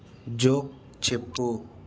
joke చెప్పు